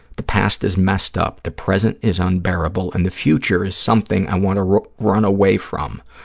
the past is messed up, the present is unbearable, and the future is something i want to run run away from.